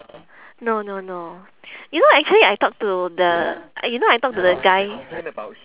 no no no you know actually I talk to the you know I talk to the guy